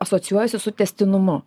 asocijuojasi su tęstinumu